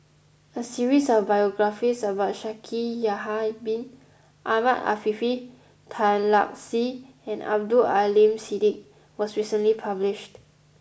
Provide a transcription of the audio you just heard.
a series of biographies about Shaikh Yahya bin Ahmed Afifi Tan Lark Sye and Abdul Aleem Siddique was recently published